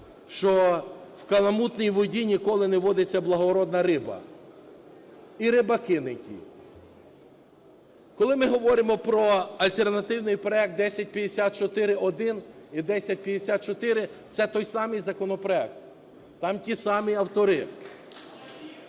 що в каламутній воді ніколи не водиться благородна риба і рибаки не ті. Коли ми говоримо про альтернативний проект 1054-1 і 1054 – це той самий законопроект, там ті самі автори.